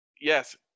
yes